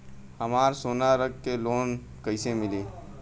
हमरा सोना रख के लोन कईसे मिली?